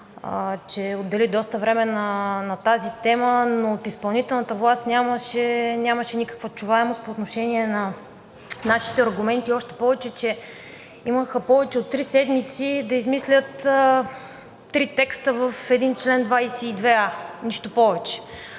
че отдели доста време на тази тема. От изпълнителната власт нямаше никаква чуваемост по отношение на нашите аргументи. Още повече, че имаха повече от три седмици да измислят три текста в един чл. 22а. Нищо повече.